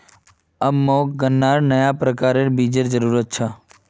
अब मोक गन्नार नया प्रकारेर बीजेर जरूरत छ